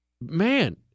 man